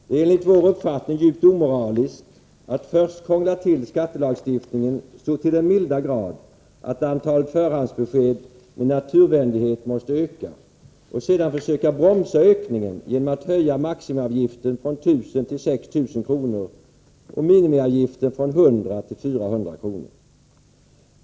Det är enligt vår uppfattning djupt omoraliskt att först krångla till skattelagstiftningen så till den milda grad att antalet förhandsbesked med naturnödvändighet måste öka och sedan försöka bromsa ökningen genom att höja maximiavgiften från 1 000 kr. till 6 000 kr. och minimiavgiften från 100 kr. till 400 kr.